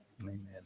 amen